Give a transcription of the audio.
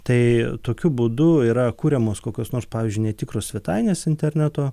tai tokiu būdu yra kuriamos kokios nors pavyzdžiui netikros svetainės internetu